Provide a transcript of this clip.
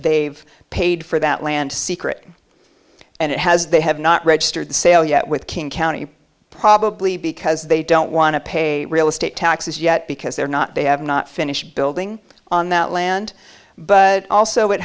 they've paid for that land secret and it has they have not registered the sale yet with king county probably because they don't want to pay real estate taxes yet because they're not they have not finished building on that land but also it